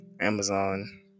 Amazon